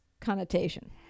connotation